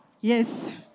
Yes